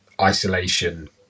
isolation